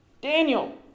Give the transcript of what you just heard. Daniel